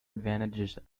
advantages